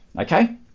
Okay